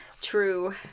True